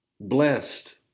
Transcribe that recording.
Blessed